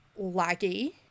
laggy